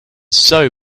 sew